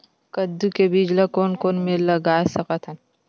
कददू के बीज ला कोन कोन मेर लगय सकथन?